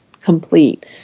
complete